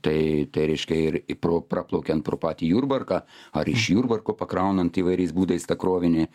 tai tai reiškia ir pro praplaukiant pro patį jurbarką ar iš jurbarko pakraunant įvairiais būdais tą krovinį